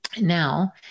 Now